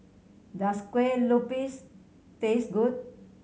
does Kueh Lopes taste good